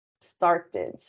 started